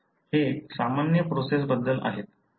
हे सामान्य प्रोसेस बद्दल आहेत